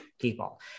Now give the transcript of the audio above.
people